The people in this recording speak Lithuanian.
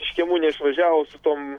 iš kiemų neišvažiavus su tom